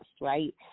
right